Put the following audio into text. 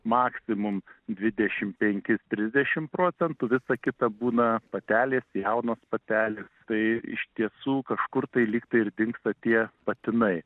maksimum dvidešim penki trisdešim procentų visa kita būna patelės jaunos patelės tai iš tiesų kažkur tai lyg ir dingsta tie patinai